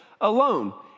alone